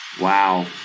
Wow